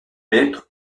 maîtres